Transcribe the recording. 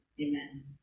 amen